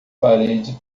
parede